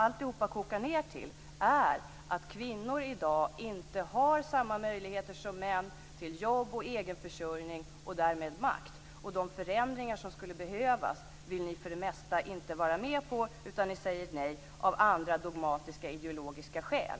Allt går ut på att kvinnor i dag inte har samma möjligheter som män till jobb och egen försörjning och därmed makt. De förändringar som skulle behövas vill ni för det mesta inte vara med på. Ni säger nej av andra dogmatiska, ideologiska skäl.